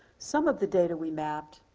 some of the data we mapped,